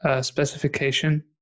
specification